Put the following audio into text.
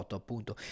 appunto